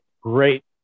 great